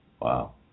Wow